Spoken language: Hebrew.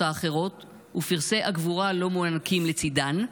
האחרות ופרסי הגבורה לא מוענקים לצידן?